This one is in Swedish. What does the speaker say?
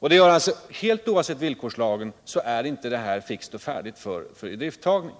Det gör att Ringhals 3— helt oavsett villkorslagen — inte är fixt och färdigt för idrifttagning.